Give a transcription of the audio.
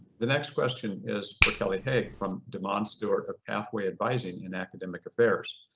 the next question is for kelly haag from demance stewart of pathway advising in academic affairs.